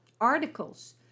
articles